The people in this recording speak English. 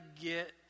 get